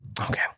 Okay